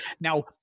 Now